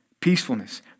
peacefulness